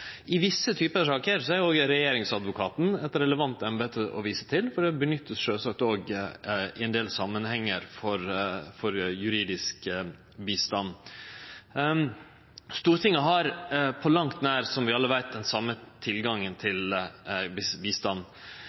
I visse typar saker er også Regjeringsadvokaten eit relevant embete å vise til, for det vert også nytta i ein del samanhengar for juridisk bistand. Stortinget har, som vi alle veit, på langt nær den same tilgangen på bistand. Vi har moglegheiter til